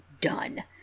done